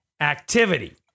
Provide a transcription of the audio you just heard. activity